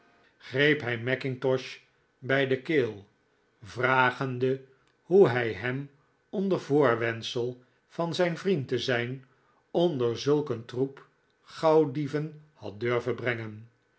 greep hij mackintosh bij de keel vragende hoe hij hem onder voorwendsel van zijn vriend te zijn onder zulk een troep gauwdieven had durven brengen